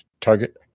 target